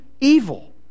evil